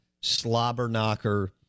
slobber-knocker